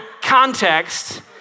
context